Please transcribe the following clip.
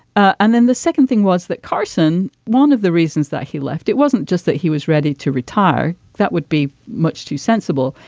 and then the second thing was that carson one of the reasons that he left it wasn't just that he was ready to retire that would be much too sensible.